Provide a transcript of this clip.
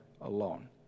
alone